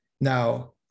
Now